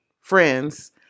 friends